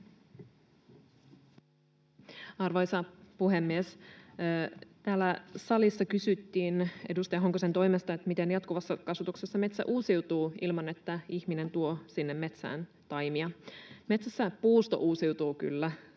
Arvoisa puhemies! Täällä salissa kysyttiin edustaja Hoskosen toimesta, miten jatkuvassa kasvatuksessa metsä uusiutuu ilman, että ihminen tuo sinne metsään taimia. Metsässä puusto uusiutuu kyllä,